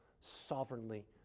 sovereignly